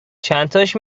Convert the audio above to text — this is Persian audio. چنتاش